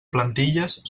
plantilles